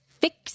fix